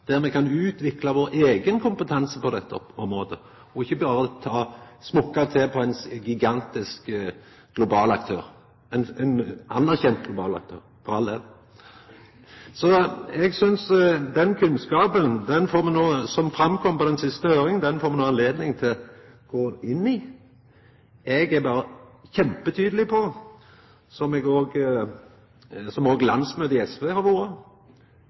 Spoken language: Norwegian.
der me kan utvikla vår eigen kompetanse på dette området og ikkje berre smokkar til på ein gigantisk global aktør – ein anerkjend global aktør, for all del. Den kunnskapen som kom fram på den siste høringa, får me no anledning til å gå inn i. Eg er berre kjempetydeleg på – som òg landsmøtet i SV har vore